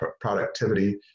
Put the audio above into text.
productivity